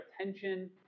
attention